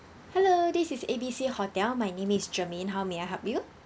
hello this is A B C hotel my name is germane how may I help you